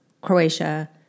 Croatia